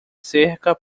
cerca